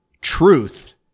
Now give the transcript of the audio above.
truth